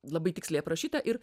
labai tiksliai aprašyta ir